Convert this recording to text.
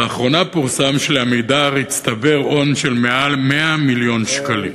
לאחרונה פורסם של"עמידר" הצטבר הון של מעל 100 מיליון שקלים.